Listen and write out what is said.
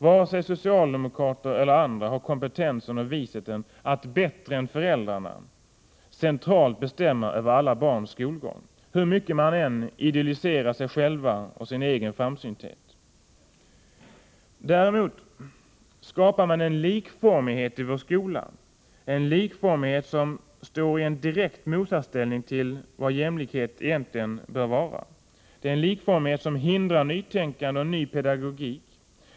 Varken socialdemokrater eller andra har kompetensen och visheten att bättre än föräldrarna centralt bestämma över i = barns skolgång, hur mycket de än idoliserar sin egen framsynthet. Däremot skapar man en likformighet i vår skola, en likformighet som står i en direkt motsatsställning till vad jämlikhet i verkligheten bör vara. Det är en likformighet som hindrar nytänkande och ny pedagogik.